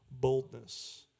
boldness